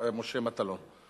משה מטלון.